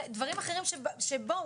דברים אחרים שבואו,